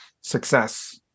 success